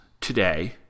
today